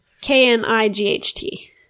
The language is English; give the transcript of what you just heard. K-N-I-G-H-T